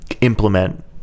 implement